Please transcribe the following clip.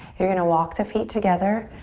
you're gonna walk the feet together.